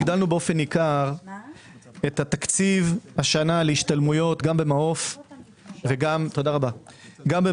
הגדלנו באופן ניכר את התקציב השנה להשתלמויות גם במעוף וגם בכלל,